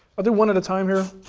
i'll do one at a time here.